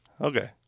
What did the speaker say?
Okay